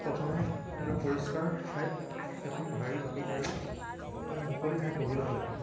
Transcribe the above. প্ৰথমে এটা পৰিষ্কাৰ ঠাইত এখন ঢাৰি পাতি পাৰি এটা মুকলি ঠাইত বহি ল'ব লাগে